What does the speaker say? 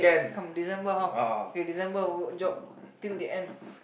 come December how K December what job till the end